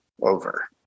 over